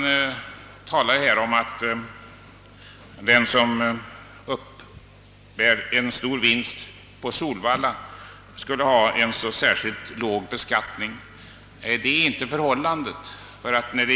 Det har anförts i dag att de personer som uppbär en stor vinst på t.ex Solvalla skulle beskattas särskilt lågt. Detta är inte förhållandet.